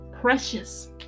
precious